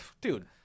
Dude